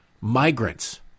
migrants